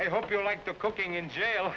i hope you like the cooking in jail